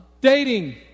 dating